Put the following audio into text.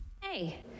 Hey